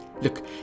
Look